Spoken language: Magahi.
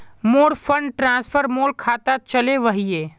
मोर फंड ट्रांसफर मोर खातात चले वहिये